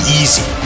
easy